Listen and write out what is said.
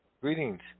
Greetings